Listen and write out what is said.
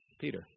Peter